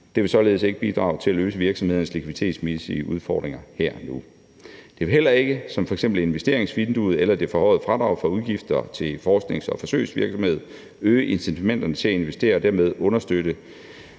Det vil således ikke bidrage til at løse virksomhedernes likviditetsmæssige udfordringer her og nu. Det vil heller ikke, som f.eks. investeringsvinduet eller det forhøjede fradrag for udgifter til forsknings- og forsøgsvirksomhed, øge incitamenterne til at investere og dermed understøtte,